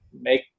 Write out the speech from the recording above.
make